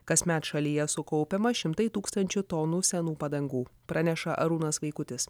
kasmet šalyje sukaupiama šimtai tūkstančių tonų senų padangų praneša arūnas vaikutis